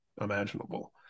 imaginable